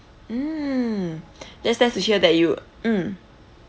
mm that's nice to hear that you mm